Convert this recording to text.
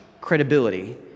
credibility